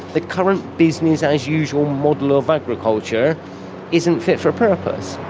the current business-as-usual model of agriculture isn't fit for purpose,